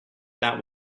that